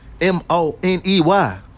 M-O-N-E-Y